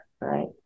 right